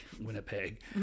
Winnipeg